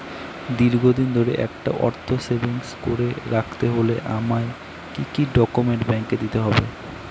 দীর্ঘদিন ধরে একটা অর্থ সেভিংস করে রাখতে হলে আমায় কি কি ডক্যুমেন্ট ব্যাংকে দিতে হবে?